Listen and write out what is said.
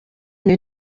new